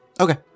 Okay